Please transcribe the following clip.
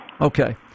Okay